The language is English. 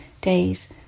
days